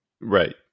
Right